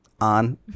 on